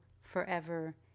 forever